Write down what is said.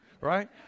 right